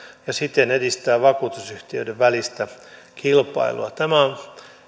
ja siten edistää vakuutusyhtiöiden välistä kilpailua tämä on